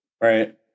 Right